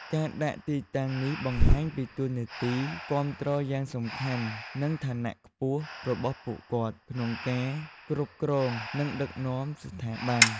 ការដាក់ទីតាំងនេះបង្ហាញពីតួនាទីគាំទ្រយ៉ាងសំខាន់ និងឋានៈខ្ពស់របស់ពួកគាត់ក្នុងការគ្រប់គ្រង និងដឹកនាំស្ថាប័ន។